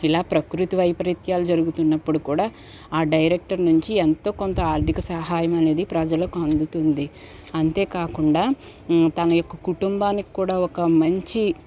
ఇలా ప్రకృతి వైపరిత్యాలు జరుగుతున్నప్పుడు కూడా డైరెక్టర్ నుంచి ఎంతోకొంత ఆర్థిక సహాయమనేది ప్రజలకు అందుతుంది అంతేకాకుండా తన యొక్క కుటుంబానికి కూడా ఒక మంచి